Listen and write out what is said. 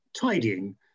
tidying